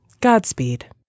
Godspeed